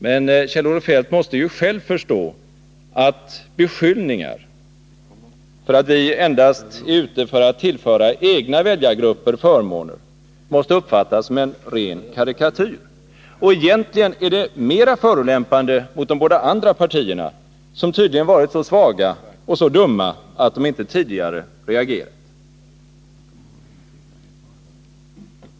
Kjell-Olof Feldt måste ju själv förstå att beskyllningar för att vi endast är ute för att tillföra egna väljargrupper förmåner måste uppfattas som en ren karikatyr. Och egentligen är de mera förolämpande mot de båda andra partierna, som tydligen varit så svaga och så dumma att de inte tidigare reagerat.